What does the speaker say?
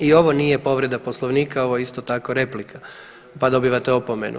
I ovo nije povreda poslovnika ovo je isto tako replika, pa dobivate opomenu.